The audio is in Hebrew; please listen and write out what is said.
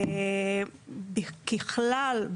ככלל,